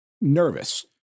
nervous